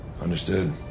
understood